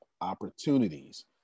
opportunities